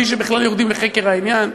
בלי שבכלל יורדים לחקר העניין.